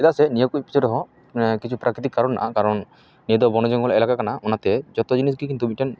ᱪᱮᱫᱟᱜ ᱥᱮ ᱱᱤᱭᱟᱹ ᱠᱚ ᱯᱤᱪᱷᱚᱱ ᱨᱮᱱᱟᱜ ᱠᱤᱪᱷᱩ ᱯᱨᱟᱠᱤᱛᱤᱠ ᱠᱟᱨᱚᱱ ᱦᱮᱱᱟᱜᱼᱟ ᱠᱟᱨᱚᱱ ᱱᱤᱭᱟᱹ ᱫᱚ ᱵᱚᱱᱡᱚᱝᱜᱚᱞ ᱮᱞᱟᱠᱟ ᱠᱟᱱᱟ ᱚᱱᱟᱛᱮ ᱡᱚᱛᱚ ᱡᱤᱱᱤᱥ ᱜᱮ ᱠᱤᱱᱛᱩ ᱢᱤᱫᱴᱮᱱ